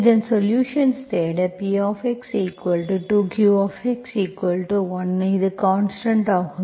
இதன் சொலுஷன்ஸ் தேட Px2 qx1 இது கான்ஸ்டன்ட் ஆகும்